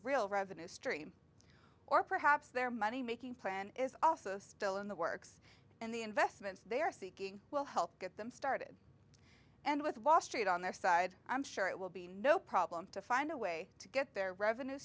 real revenue stream or perhaps their moneymaking plan is also still in the works and the investments they are seeking will help get them started and with wall street on their side i'm sure it will be no problem to find a way to get their revenue